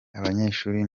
abanyeshuri